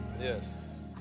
Yes